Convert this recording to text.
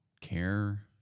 care